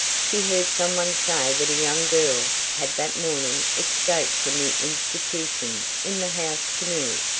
she heard some one say that a young girl had that morning escaped from the institution in the house canoe,